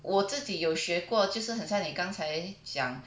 我自己有学过就是很像你刚才讲